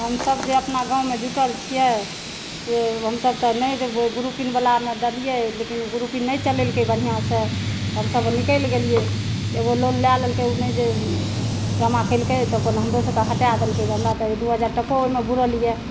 हमसभ जे अपना गाँवमे जुटल छियै से हमसभ तऽ नहि जे ग्रूपिंगवलामे देलियै लेकिन ग्रूपिंग नहि चलेलकै बढ़िआँसॅं तऽ हमसभ निकलि गेलियै एगो लोन लै लेलकै ओ नहि जे जमा केलकै तऽ अपन हमरोसभके हटा देलकै हमरा तऽ दू हज़ार टको ओहिमे बुरल यऽ